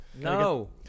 No